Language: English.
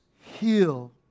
heal